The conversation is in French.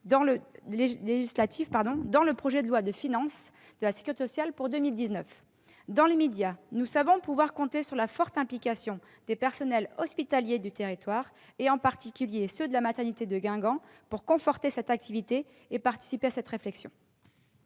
dans le projet de loi de financement de la sécurité sociale pour 2019. Dans l'immédiat, nous savons pouvoir compter sur la forte implication des personnels hospitaliers du territoire, en en particulier ceux de la maternité de Guingamp, pour conforter cette activité et participer à cette réflexion.